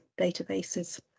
databases